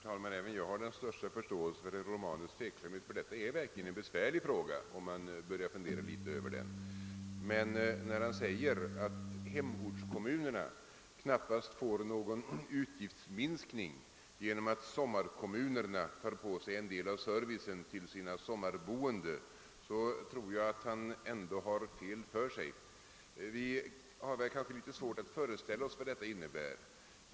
Herr talman! Även jag har den största förståelse för herr Romanus. Man finner nämligen, om man funderar litet över denna fråga, att den verkligen är besvärlig. Men när han säger att hemortskommunerna knappast får någon utgiftsminskning genom att sommarkommunerna tar på sig en del av servicen till sina sommarboende tror jag att han har fel. Vi har kanske litet svårt att föreställa oss vad detta innebär.